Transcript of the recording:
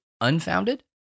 unfounded